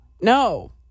No